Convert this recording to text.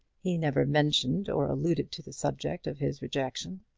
he never mentioned or alluded to the subject of his rejection.